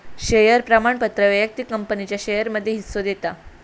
share प्रमाणपत्र व्यक्तिक कंपनीच्या शेयरमध्ये हिस्सो देता